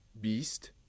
Beast